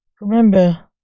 Remember